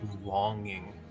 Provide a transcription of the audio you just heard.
longing